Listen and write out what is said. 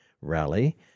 Rally